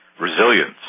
resilience